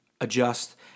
adjust